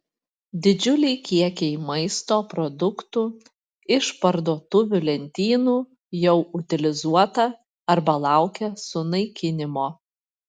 didžiuliai kiekiai maisto produktų iš parduotuvių lentynų jau utilizuota arba laukia sunaikinimo